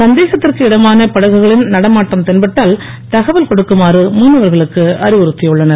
சந்தேகத்திற்கு இடமான படகுகளின் நடமாட்டம் தென்பட்டால் தகவல் கொடுக்குமாறு மீனவர்களுக்கு அறிவுறுத்தியுள்ளன